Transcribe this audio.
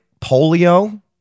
polio